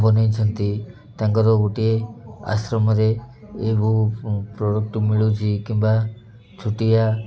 ବନାଇଛନ୍ତି ତାଙ୍କର ଗୋଟିଏ ଆଶ୍ରମରେ ଏ ପ୍ରଡ଼କ୍ଟ ମିଳୁଛି କିମ୍ବା ଛୋଟିଆ